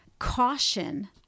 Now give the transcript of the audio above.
Caution